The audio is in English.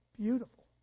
Beautiful